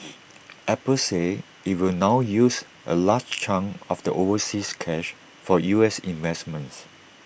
Apple said IT will now use A large chunk of the overseas cash for U S investments